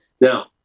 Now